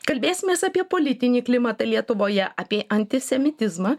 kalbėsimės apie politinį klimatą lietuvoje apie antisemitizmą